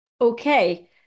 okay